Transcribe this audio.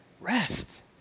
Rest